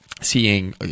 seeing